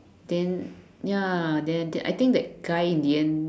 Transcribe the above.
then ya then I think I think that guy in the end